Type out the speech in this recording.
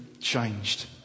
changed